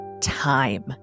time